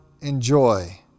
enjoy